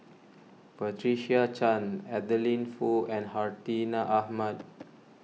Patricia Chan Adeline Foo and Hartinah Ahmad